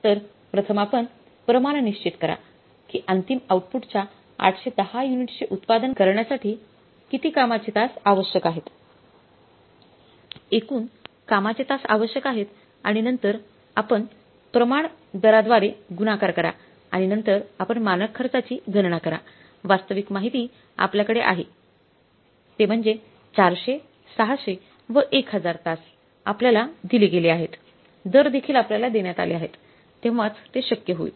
तर प्रथम आपण प्रमाण निश्चित करा की अंतिम आउटपुटच्या 810 युनिट्सचे उत्पादन करण्यासाठी किती कामाचे तास आवश्यक आहेत एकूण कामाचे तास आवश्यक आहेत आणि नंतर आपण प्रमाण दराद्वारे गुणाकार करा आणि नंतर आपण मानक खर्चाची गणना करा वास्तविक माहिती अप्लायकडे आहे ते म्हणजे 400 600 व 1000 तास आपल्याला दिले गेले आहेत दर देखील आपल्याला देण्यात आले आहेत तेव्हाच ते शक्य होईल